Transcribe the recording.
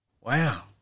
Wow